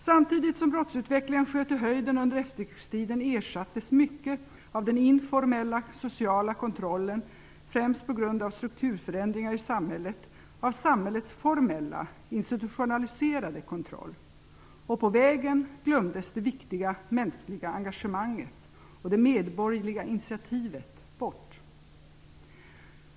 Samtidigt som brottsutvecklingen sköt i höjden under efterkrigstiden ersattes mycket av den informella sociala kontrollen, främst på grund av strukturförändringar i samhället, av samhällets formella institutionaliserade kontroll. På vägen glömdes det viktiga mänskliga engagemanget och det medborgerliga initiativet bort.